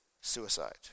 suicide